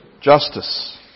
justice